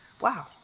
Wow